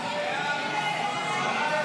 סעיף 1, כהצעת